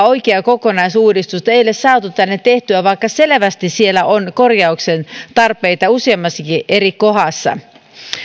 oikeaa kokonaisuudistusta ei ole saatu tänne tehtyä vaikka selvästi siellä on korjauksen tarpeita useammassakin eri kohdassa